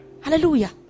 Hallelujah